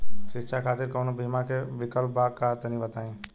शिक्षा खातिर कौनो बीमा क विक्लप बा तनि बताई?